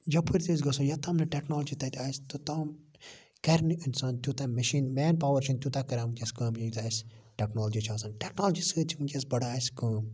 یَپٲر تہِ أسۍ گَژھو یوٚتام نہٕ ٹیٚکنالجی تَتہِ آسہِ توٚتام کَرِ نہٕ اِنسان تیوتاہ مِشیٖن مین پاوَر چھنہٕ تیوتاہ کَران ونکیٚس کٲم یوتاہ اَسہِ ٹیٚکنالجی چھِ آسان ٹیٚکنالجی سۭتۍ چھِ ونکیٚس بَڑان اَسہِ کٲم